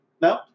No